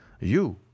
You